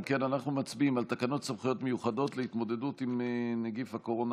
אנחנו מצביעים על תקנות סמכויות מיוחדות להתמודדות עם נגיף הקורונה